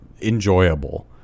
enjoyable